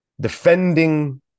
defending